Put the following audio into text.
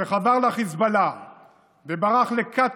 שחבר לחיזבאללה וברח לקטאר,